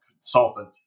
consultant